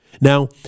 Now